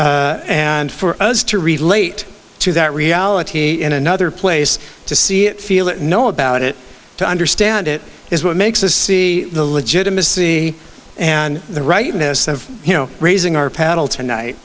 and for us to relate to that reality in another place to see it feel it know about it to understand it is what makes us see the legitimacy and the rightness of you know raising our